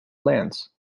lands